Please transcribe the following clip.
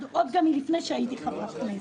גם עוד מלפני שהייתי חברת כנסת,